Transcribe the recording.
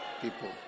people